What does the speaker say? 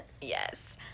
yes